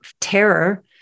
terror